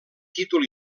títol